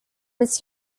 its